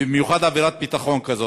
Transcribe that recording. במיוחד בעבירת ביטחון כזאת.